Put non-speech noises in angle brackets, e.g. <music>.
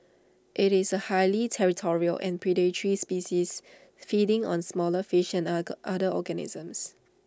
IT is A highly territorial and predatory species feeding on smaller fish and <unintelligible> other organisms